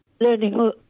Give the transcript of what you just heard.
learning